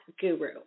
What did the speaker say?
Guru